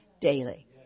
daily